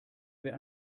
wer